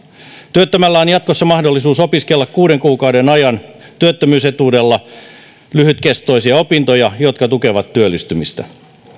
työttömällä on jatkossa mahdollisuus opiskella kuuden kuukauden ajan työttömyysetuudella lyhytkestoisia opintoja jotka tukevat työllistymistä